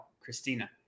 Christina